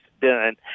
done